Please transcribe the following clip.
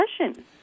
discussion